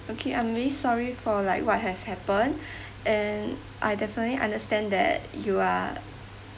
okay I'm really sorry for like what has happened and I definitely understand that you are